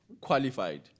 qualified